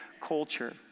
culture